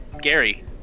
Gary